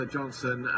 Johnson